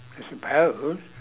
I suppose